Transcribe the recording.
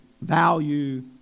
value